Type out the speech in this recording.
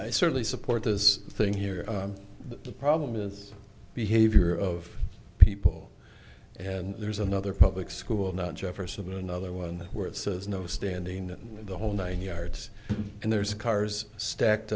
i certainly support this thing here the problem is behavior of people and there's another public school not jefferson another one where it says no standing in the whole nine yards and there's cars stacked